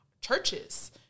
churches